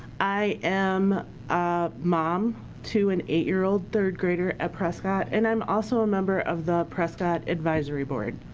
i am ah mom to an eight year old third grader at prescott. and i'm also a member of the prescott advisory board.